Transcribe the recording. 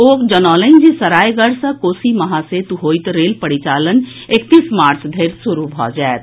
ओ जनौलनि जे सरायगढ़ सँ कोसी महासेतु होइत रेल परिचालन एकतीस मार्च धरि शुरू भऽ जायत